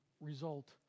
result